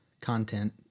content